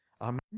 Amen